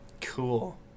cool